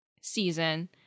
season